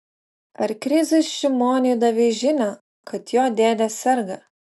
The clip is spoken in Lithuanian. ar krizui šimoniui davei žinią kad jo dėdė serga